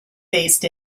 based